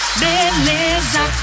beleza